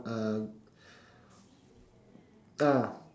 uh ah